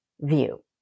view